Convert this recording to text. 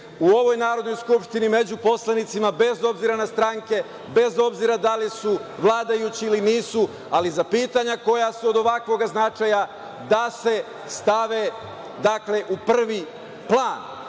u ovoj Narodnoj skupštini među poslanicima, bez obzira na stranke, bez obzira da li su vladajući ili nisu, ali za pitanja koja su od ovakvog značaja, da se stave u prvi plan. To